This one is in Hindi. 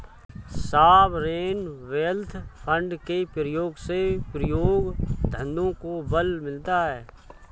सॉवरेन वेल्थ फंड के प्रयोग से उद्योग धंधों को बल मिलता है